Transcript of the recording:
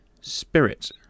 Spirit